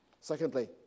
Secondly